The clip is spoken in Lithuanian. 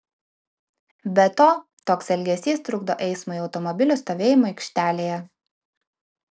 be to toks elgesys trukdo eismui automobilių stovėjimo aikštelėje